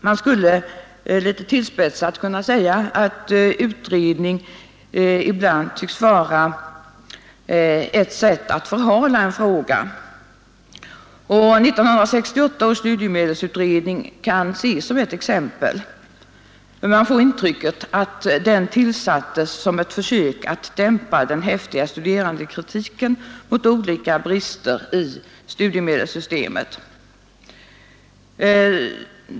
Man skulle tillspetsat kunna säga att utredning ibland tycks vara ett sätt att förhala frågan. 1968 års studiemedelsutredning kan ses som ett exempel. Man får intrycket att den tillsattes som ett försök att dämpa den häftiga studerandekritiken mot olika brister i studiemedelssystemet.